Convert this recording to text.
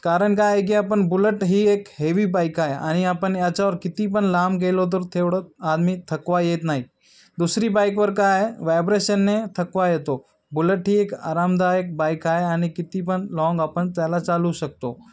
कारण काय आहे की आपण बुलट ही एक हेवी बाईक आहे आणि आपण याच्यावर किती पण लांब गेलो तर तेवढं आम्ही थकवा येत नाही दुसरी बाईकवर काय आहे वायब्रेशनने थकवा येतो बुलट ही एक आरामदायक बाईक आहे आणि किती पण लाँग आपण त्याला चालवू शकतो